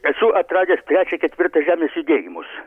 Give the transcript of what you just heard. esu atradęs trečią ketvirtą žemės judėjimus